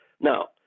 Now